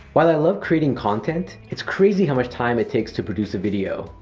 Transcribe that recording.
while i love creating content, it's crazy how much time it takes to produce a video.